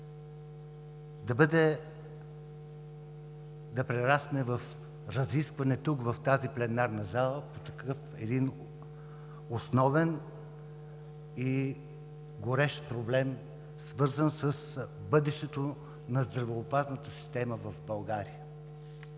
да прерасне в разискване тук, в тази пленарна зала, такъв основен и горещ проблем, свързан с бъдещото на здравеопазната система в България.